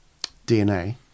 DNA